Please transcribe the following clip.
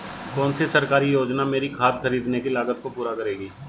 कौन सी सरकारी योजना मेरी खाद खरीदने की लागत को पूरा करेगी?